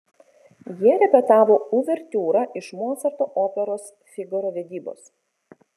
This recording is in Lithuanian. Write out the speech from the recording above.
jie repetavo uvertiūrą iš mocarto operos figaro vedybos